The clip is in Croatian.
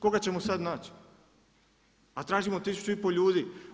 Koga ćemo sada nać, a tražimo tisuću i pol ljudi.